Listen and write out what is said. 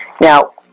Now